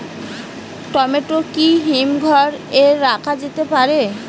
Tomato কি হিমঘর এ রাখা যেতে পারে?